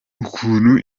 ukuntu